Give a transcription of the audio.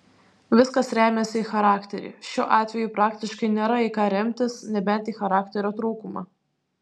viskas remiasi į charakterį šiuo atveju praktiškai nėra į ką remtis nebent į charakterio trūkumą